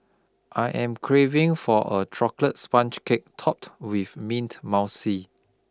I am craving for a chocolate sponge cake topped with mint mousse